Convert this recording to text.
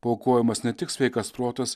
paaukojamas ne tik sveikas protas